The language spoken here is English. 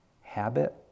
habit